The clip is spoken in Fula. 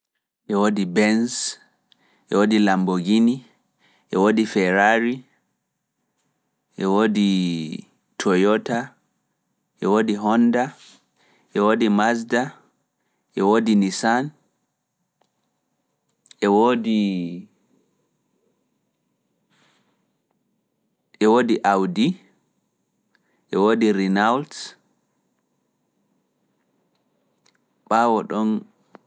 Benz, Honda, Toyota, Kia, golf, Nissan, Mitsubish, Ferrari